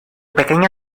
pequeño